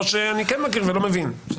או שאני כן מכיר ולא מבין.